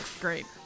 Great